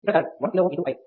ఇక్కడ current 1 kΩ IX